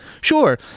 Sure